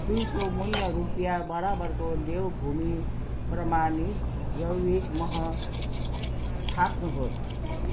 दुई सय मूल्य रुपियाँ बराबरको देवभूमि प्रमाणित जैविक मह थाप्नुहोस्